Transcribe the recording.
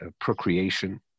procreation